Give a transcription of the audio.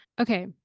Okay